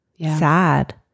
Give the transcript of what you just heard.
sad